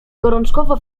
gorączkowo